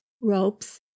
ropes